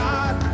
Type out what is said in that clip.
God